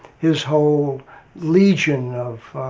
his whole legion of,